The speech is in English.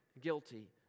guilty